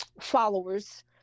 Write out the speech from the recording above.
followers